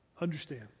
Understand